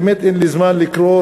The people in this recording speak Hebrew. באמת אין לי זמן לקרוא,